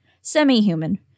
semi-human